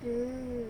mm